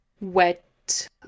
wet